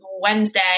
Wednesday